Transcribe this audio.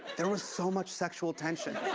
there was so much sexual tension.